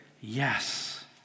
Yes